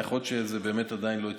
יכול להיות שזה באמת עדיין לא התקבל.